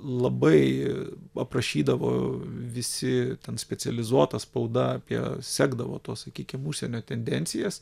labai aprašydavo visi ten specializuota spauda apie sekdavo tuos sakykim užsienio tendencijas